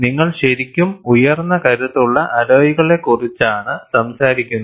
നിങ്ങൾ ശരിക്കും ഉയർന്ന കരുത്തുള്ള അലോയ്കളെക്കുറിച്ചാണ് സംസാരിക്കുന്നത്